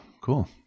Cool